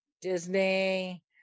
Disney